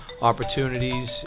opportunities